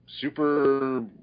super